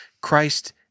Christ